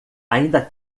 ainda